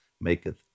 maketh